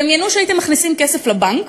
דמיינו שהייתם מכניסים כסף לבנק